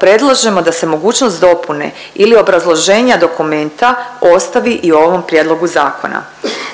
predlažemo da se mogućnost dopune ili obrazloženja dokumenta ostavi i u ovom prijedlogu zakona.